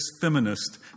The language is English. feminist